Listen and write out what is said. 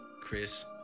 Chris